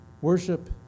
Worship